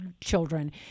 children